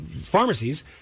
pharmacies –